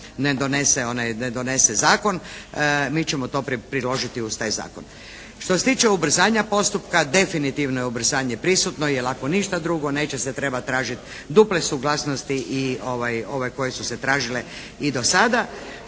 ne donese zakon, mi ćemo to priložiti uz taj zakon. Što se tiče ubrzanja postupka definitivno je ubrzanje prisutno, jer ako ništa drugo neće se trebati tražiti duple suglasnosti i ove koje su se tražile i do sada.